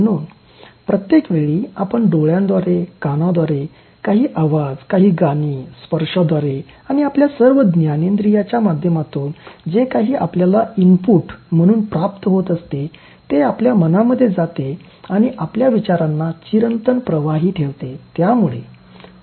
म्हणून प्रत्येक वेळी आपण डोळ्यांद्वारे कानाद्वारे काही आवाज काही गाणी स्पर्शाद्वारे आणि आपल्या सर्व ज्ञानेंद्रियांच्या माध्यमातून जे काही आपल्याला इनपुट म्हणून प्राप्त होत असते ते आपल्या मनामध्ये जाते आणि आपल्या विचारांना चिरंतन प्रवाही ठेवते